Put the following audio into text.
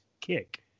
kick